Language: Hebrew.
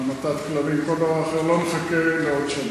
בהמתת כלבים, או כל דבר אחר, לא נחכה עוד שנה.